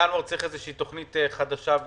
בינואר צריך איזושהי תוכנית חדשה,